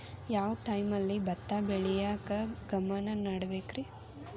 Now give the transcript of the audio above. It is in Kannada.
ಯಾವ್ ಟೈಮಲ್ಲಿ ಭತ್ತ ಬೆಳಿಯಾಕ ಗಮನ ನೇಡಬೇಕ್ರೇ?